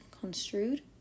Construed